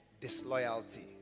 Disloyalty